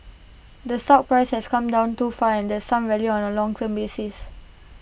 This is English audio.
the stock price has come down too far and there's some value on A long term basis